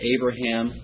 Abraham